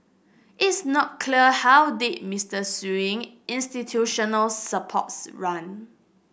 it's not clear how deep Mister Sewing institutional supports run